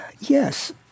yes